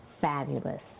fabulous